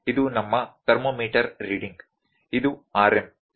ಇದು ನಮ್ಮ thermometer reading ಇದು Rm ಇದು ಡೆಲ್ಟಾ r ಗೆ ಸಮಾನವಾಗಿರುತ್ತದೆ